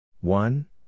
One